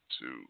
two